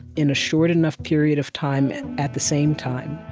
in a short enough period of time at the same time,